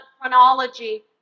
chronology